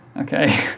Okay